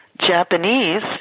Japanese